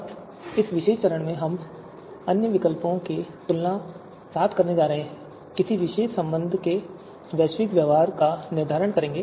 अब इस विशेष चरण में हम अन्य विकल्पों के साथ तुलना करने जा रहे हैं और किसी विशेष संबंध के वैश्विक व्यवहार का निर्धारण करेंगे